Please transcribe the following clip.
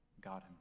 God